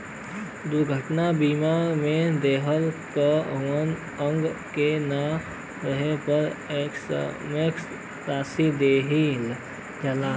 दुर्घटना बीमा में देह क कउनो अंग के न रहे पर एकमुश्त राशि दिहल जाला